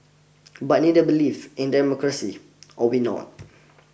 but neither believe in democracy or we not